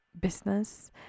business